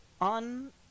on